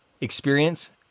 experience